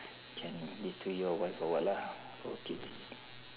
can give to your wife or what lah or kids